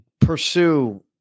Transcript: pursue